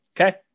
Okay